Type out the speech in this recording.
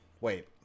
wait